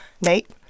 Nate